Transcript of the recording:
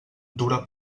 dura